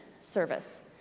service